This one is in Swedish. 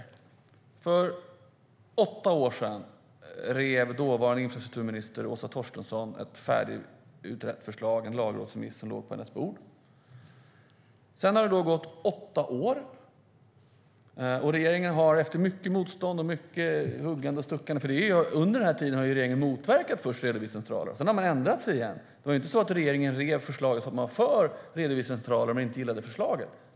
För åtta år sedan rev dåvarande infrastrukturminister Åsa Torstensson ett färdigutrett förslag, en lagrådsremiss, som låg på hennes bord. Sedan har det gått åtta år. Under denna tid har regeringen först motverkat redovisningscentraler. Sedan har regeringen efter mycket motstånd och så vidare ändrat sig igen. Det var inte så att regeringen rev förslaget för att man var för redovisningscentraler men inte gillade förslaget.